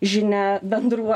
žinią bendruo